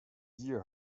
year